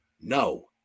No